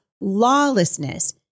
lawlessness